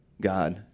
God